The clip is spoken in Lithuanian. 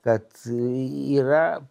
kad yra